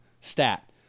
stat